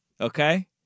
okay